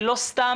ולא סתם,